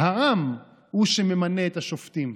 העם הוא שממנה את השופטים,